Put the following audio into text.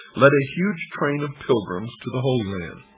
led a huge train of pilgrims to the holy land.